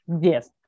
Yes